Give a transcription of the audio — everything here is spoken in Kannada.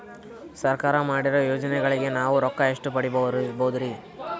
ಸರ್ಕಾರ ಮಾಡಿರೋ ಯೋಜನೆಗಳಿಗೆ ನಾವು ರೊಕ್ಕ ಎಷ್ಟು ಪಡೀಬಹುದುರಿ?